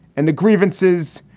and the grievances,